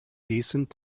decent